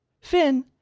Finn